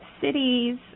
cities